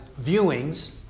viewings